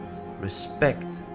respect